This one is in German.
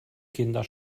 kinder